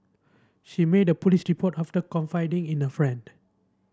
she made a police report after confiding in a friend